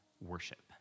worship